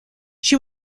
she